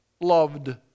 loved